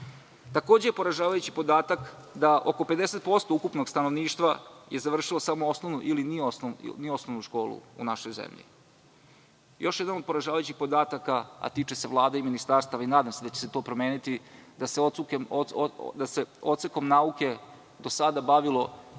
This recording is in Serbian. desilo. Poražavajući podatak je da oko 50% ukupnog stanovništva je završilo samo osnovnu ili ni osnovnu školu u našoj zemlji. Još jedan je, a tiče se Vlade i ministarstava, i nadam se da će se to promeniti, da se odsekom nauke do sada bavilo